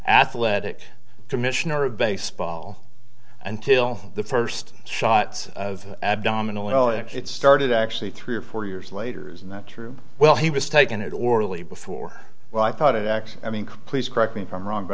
athletic commissioner of baseball until the first shot of abdominal it started actually three or four years later and that's true well he was taken it orally before well i thought it actually i mean please correct me if i'm wrong but